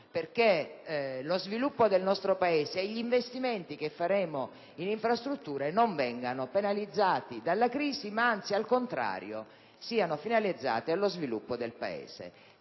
per lo sviluppo del nostro Paese affinché gli investimenti che faremo in infrastrutture non vengano penalizzati dalla crisi ma anzi, al contrario, siano finalizzati allo sviluppo del Paese.